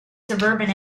suburban